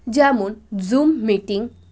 যেমন Zoom meeting